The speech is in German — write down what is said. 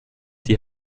die